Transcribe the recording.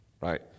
right